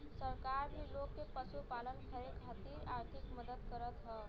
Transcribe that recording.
सरकार भी लोग के पशुपालन करे खातिर आर्थिक मदद करत हौ